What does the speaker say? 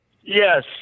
Yes